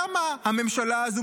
כמה הממשלה הזו,